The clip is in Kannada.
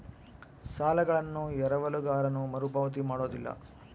ಸಾಲಗಳನ್ನು ಎರವಲುಗಾರನು ಮರುಪಾವತಿ ಮಾಡೋದಿಲ್ಲ